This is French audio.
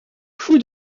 fou